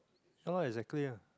ya lah exactly ah